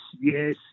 yes